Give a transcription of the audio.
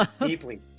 deeply